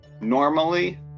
normally